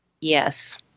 Yes